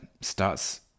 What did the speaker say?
starts